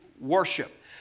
worship